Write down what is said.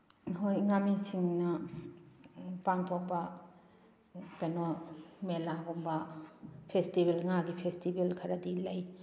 ꯍꯣꯏ ꯉꯥꯃꯤꯁꯤꯡꯅ ꯄꯥꯡꯊꯣꯛꯄ ꯀꯩꯅꯣ ꯃꯦꯂꯥꯒꯨꯝꯕ ꯐꯦꯁꯇꯤꯚꯦꯜ ꯉꯥꯒꯤ ꯐꯦꯁꯇꯤꯚꯦꯜ ꯈꯔꯗꯤ ꯂꯩ